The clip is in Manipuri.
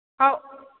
ꯈꯥꯎ